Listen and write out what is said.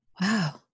Wow